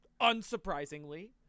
unsurprisingly